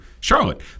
Charlotte